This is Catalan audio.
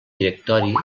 directori